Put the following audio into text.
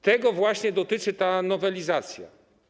Tego właśnie dotyczy ta nowelizacja.